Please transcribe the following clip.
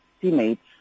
teammates